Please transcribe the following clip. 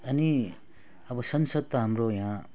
अनि अब सांसद त हाम्रो यहाँ